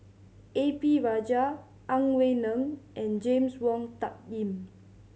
A P Rajah Ang Wei Neng and James Wong Tuck Yim